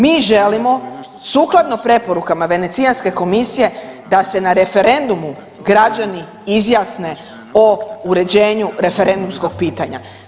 Mi želimo sukladno preporukama Venecijanske komisije da se na referendumu građani izjasne o uređenju referendumskog pitanja.